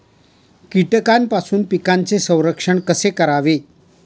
कीटकांपासून पिकांचे संरक्षण कसे करावे?